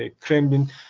Kremlin